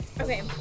Okay